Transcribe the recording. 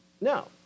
No